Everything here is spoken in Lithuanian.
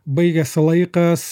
baigiasi laikas